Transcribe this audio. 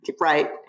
right